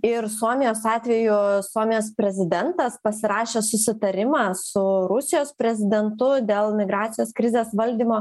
ir suomijos atveju suomijos prezidentas pasirašė susitarimą su rusijos prezidentu dėl migracijos krizės valdymo